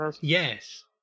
yes